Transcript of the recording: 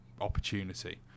opportunity